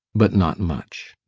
but not much.